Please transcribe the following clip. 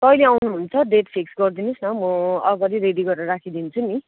कहिले आउनुहुन्छ date fix गरिदिनुहोस् न म अगाडि रेडी गरेर राखिदिन्छु नि